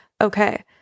Okay